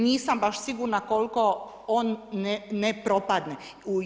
Nisam baš sigurna koliko on ne propadne.